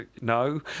No